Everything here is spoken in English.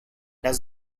does